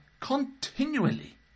continually